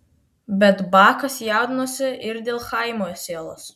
bet bakas jaudinosi ir dėl chaimo sielos